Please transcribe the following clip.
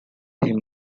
him